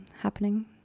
happening